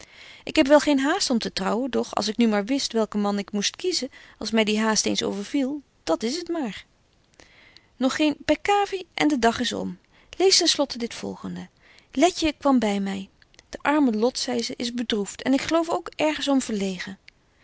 ik heb wel geen haast om te trouwen doch als ik nu maar wist welk man ik moest kiezen als my die haast eens overviel dat is het maar nog geen peccavi en de dag is om lees ten slotte dit volgende letje kwam by my de arme lot zei ze is bedroeft en ik geloof ook ergens om verlegen